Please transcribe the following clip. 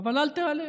אבל אל תיעלב.